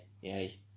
Yay